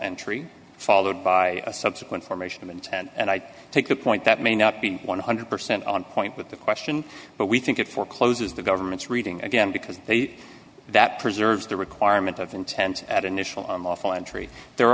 entry followed by a subsequent formation of intent and i take a point that may not be one hundred percent on point with the question but we think it forecloses the government's reading again because they that preserves the requirement of intent at initial lawful entry the